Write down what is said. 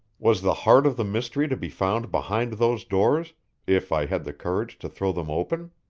was the heart of the mystery to be found behind those doors if i had the courage to throw them open?